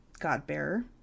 Godbearer